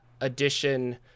edition